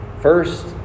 first